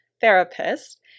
therapist